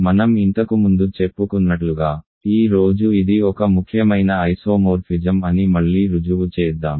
మనం ఇంతకుముందు చెప్పుకున్నట్లుగా ఈ రోజు ఇది ఒక ముఖ్యమైన ఐసోమోర్ఫిజం అని మళ్లీ రుజువు చేద్దాం